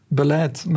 beleid